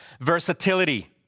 versatility